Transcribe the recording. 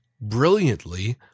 brilliantly